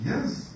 Yes